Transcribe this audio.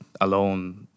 alone